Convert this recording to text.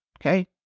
okay